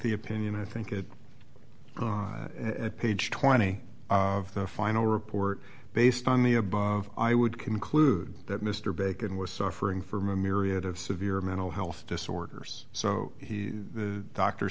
the opinion i think it a page twenty of the final report based on the above i would conclude that mr bacon was suffering from a myriad of severe mental health disorders so he doctor